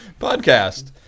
podcast